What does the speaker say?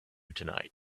tonight